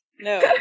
No